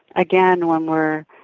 again, when we're